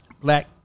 Black